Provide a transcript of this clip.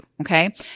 Okay